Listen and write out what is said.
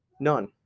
none